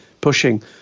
pushing